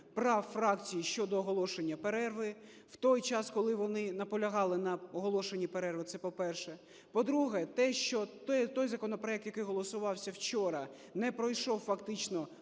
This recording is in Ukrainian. прав фракцій щодо оголошення перерви в той час, коли вони наполягали на оголошенні перерви. Це по-перше. По-друге, те, що той законопроект, який голосувався вчора не пройшов фактично